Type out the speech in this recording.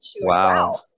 wow